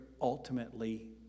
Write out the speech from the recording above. ultimately